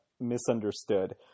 misunderstood